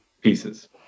pieces